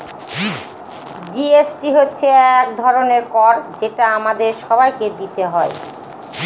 GST হচ্ছে এক ধরনের কর যেটা আমাদের সবাইকে দিতে হয়